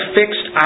fixed